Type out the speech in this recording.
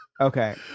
Okay